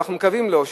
ואנחנו מקווים לו,